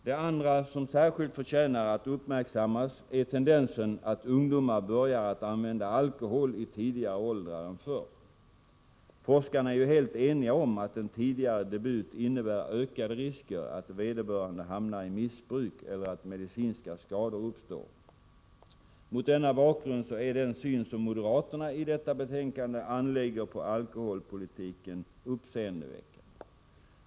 Det andra faktum som särskilt förtjänar att uppmärksammas är tendensen att ungdomar börjar använda alkohol i tidigare åldrar än förr. Forskarna är ju helt eniga om att en tidigare debut innebär ökade risker för att vederbörande hamnar i missbruk eller att medicinska skador uppstår. Mot denna bakgrund är den syn som moderaterna i detta betänkande anlägger på alkoholpolitiken mycket uppseendeväckande.